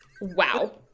Wow